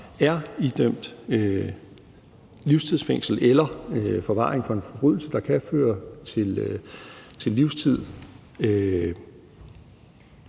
er idømt livstidsfængsel eller forvaring for en forbrydelse, der kan føre til livstid,